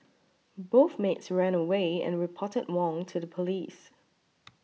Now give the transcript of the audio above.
both maids ran away and reported Wong to the police